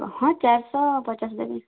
ହଁ ଶହ ଚାଏର୍ ପଚାଶ୍ ଦେବେ